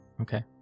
Okay